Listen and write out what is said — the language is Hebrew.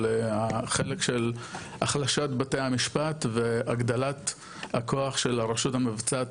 של החלק של החלשת בתי המשפט והגדלת הכוח של הרשות המבצעת,